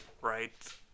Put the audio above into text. right